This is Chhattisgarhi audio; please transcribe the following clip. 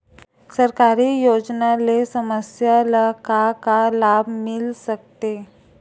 सरकारी योजना ले समस्या ल का का लाभ मिल सकते?